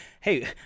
Hey